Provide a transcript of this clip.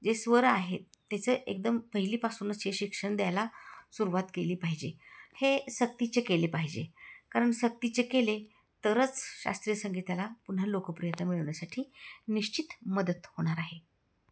जे स्वर आहेत त्याचं एकदम पहिलीपासूनच हे शिक्षण द्यायला सुरुवात केली पाहिजे हे सक्तीचे केले पाहिजे कारण सक्तीचे केले तरच शास्त्रीय संगीताला पुन्हा लोकप्रियता मिळवण्यासाठी निश्चित मदत होणार आहे